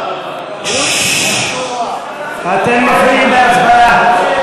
אתם מפריעים בהצבעה.